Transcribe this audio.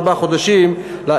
ארבעה חודשים אחר כך,